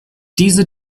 diese